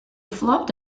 flopped